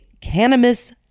cannabis